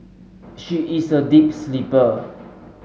she is a deep sleeper